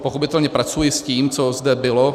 Pochopitelně pracuji s tím, co zde bylo.